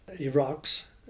Iraq's